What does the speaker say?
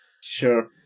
Sure